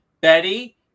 Betty